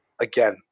again